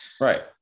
Right